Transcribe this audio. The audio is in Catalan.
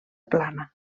plana